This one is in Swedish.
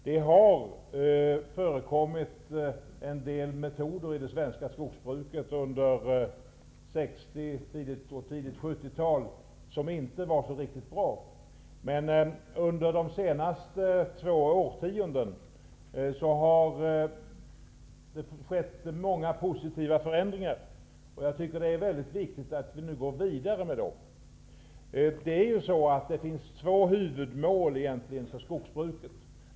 Det har förekommit en del metoder i det svenska skogsbruket under 60-talet och på tidigt 70-tal som inte varit riktigt bra. Under de två senaste årtioendena har det skett många positiva förändringar. Det är viktigt att vi nu går vidare med dessa. Det finns egentligen två huvudmål för skogsbruket.